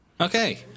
Okay